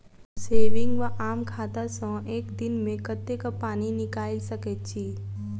Saving वा आम खाता सँ एक दिनमे कतेक पानि निकाइल सकैत छी?